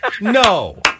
No